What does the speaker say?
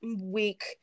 week